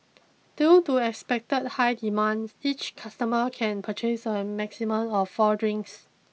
due to expected high demand each customer can purchase a maximum of four drinks